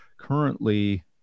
currently